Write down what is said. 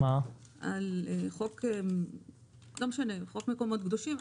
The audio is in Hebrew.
לגבי חוק מקומות קדושים,